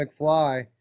McFly